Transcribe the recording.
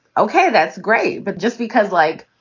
ok, that's great. but just because, like,